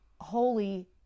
holy